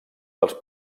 dels